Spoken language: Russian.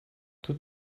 тут